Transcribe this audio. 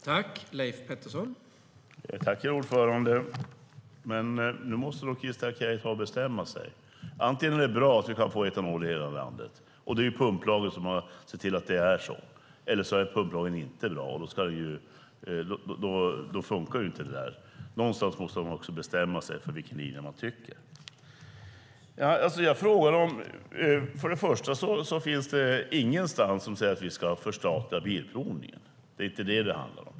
Herr talman! Nu måste nog Christer Akej ta och bestämma sig för vilken linje han står för. Antingen är det bra att vi kan få etanol i hela landet - och det är pumplagen som sett till att det är så - eller så är pumplagen inte bra. Men utan den hade detta inte funkat. Det står ingenstans att vi ska förstatliga bilprovningen. Det är inte det som det handlar om.